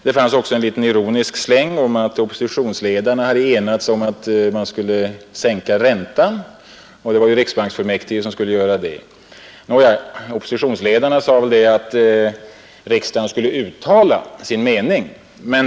Det fanns också i herr Ekströms anförande en litet ironisk släng om att oppositionsledarna hade enats om att man skulle sänka räntan, vilket ju ankommer på riksbanksfullmäktige. Oppositionsledarna sade väl att riksdagen skulle uttala sin mening.